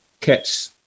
catch